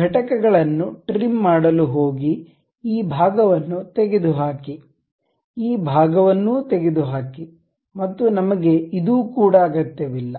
ಘಟಕಗಳನ್ನು ಟ್ರಿಮ್ ಮಾಡಲು ಹೋಗಿ ಈ ಭಾಗವನ್ನು ತೆಗೆದುಹಾಕಿ ಈ ಭಾಗವನ್ನೂ ತೆಗೆದುಹಾಕಿ ಮತ್ತು ನಮಗೆ ಇದು ಕೂಡ ಅಗತ್ಯವಿಲ್ಲ